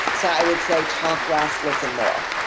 so i would say talk less, listen more.